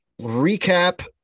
recap